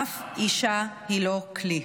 אף אישה היא לא כלי.